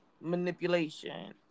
manipulation